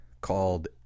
called